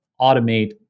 automate